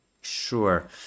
sure